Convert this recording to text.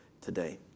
today